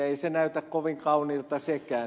ei se näytä kovin kauniilta sekään